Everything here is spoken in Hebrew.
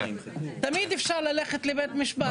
תמיד אפשר ללכת לבית משפט,